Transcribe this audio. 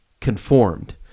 conformed